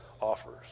offers